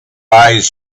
eyes